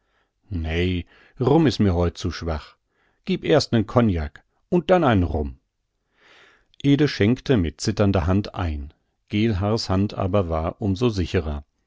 nei rum is mir heute zu schwach gieb erst nen kognak und dann ein rum ede schenkte mit zitternder hand ein geelhaar's hand aber war um so sicherer